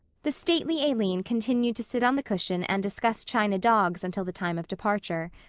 the stately aline continued to sit on the cushion and discuss china dogs until the time of departure.